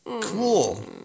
Cool